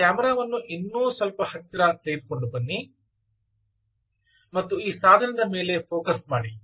ಕ್ಯಾಮೆರಾವನ್ನು ಇನ್ನೂ ಸ್ವಲ್ಪ ಹತ್ತಿರ ತೆಗೆದುಕೊಂಡು ಬನ್ನಿ ಮತ್ತು ಈ ಸಾಧನದ ಮೇಲೆ ಫೋಕಸ್ ಮಾಡಿ